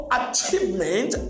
achievement